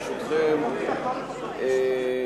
הודעות, ברשותכם,